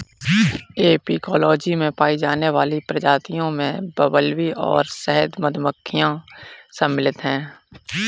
apicology में पाई जाने वाली प्रजातियों में बंबलबी और शहद मधुमक्खियां शामिल हैं